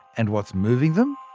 and what's moving them?